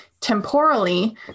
temporally